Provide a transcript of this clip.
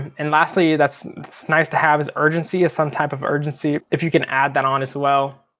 and lastly that's nice to have is urgency, is some type of urgency if you can add that on as well.